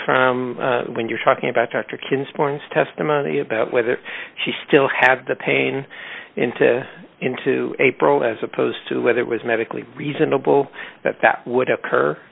from when you're talking about dr king's forms testimony about whether she still had the pain in to into april as opposed to whether it was medically reasonable that that would occur